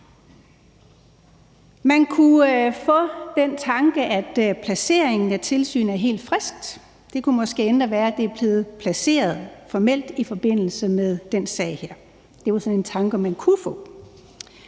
Man kunne få den tanke, at placeringen af tilsynet er helt frisk. Det kunne måske endda være, det er blevet placeret formelt i forbindelse med den sag her. Det var sådan en tanke, man kunne få.